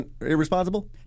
irresponsible